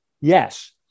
yes